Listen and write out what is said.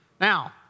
Now